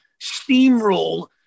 steamroll